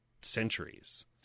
centuries